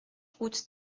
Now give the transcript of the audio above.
route